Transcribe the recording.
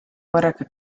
korraga